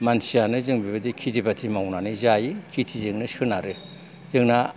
मानसियानो जों बेबायदि खेथि बाथि मावनानै जायो खेथिजोंनो सोनारो जोंना